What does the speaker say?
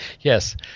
yes